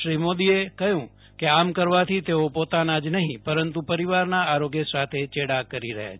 શ્રી મોદીએ કહ્યુ કે આમ કરવાથી તેઓ પોતાના જ નહી પરંતુ પરિવારના આરોગ્ય સાથે ચેંડા કરી રહ્યા છે